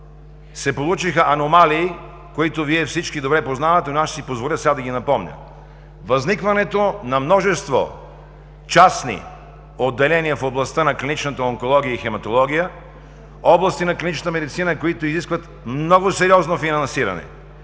се получиха аномалии, които Вие всички добре познавате, но аз ще си позволя сега да ги напомня. Възникването на множество частни отделения в областта на клиничната онкология и хематология – области на клиничната медицина, които изискват много сериозно финансиране